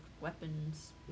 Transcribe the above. weapons